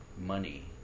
money